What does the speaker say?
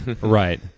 Right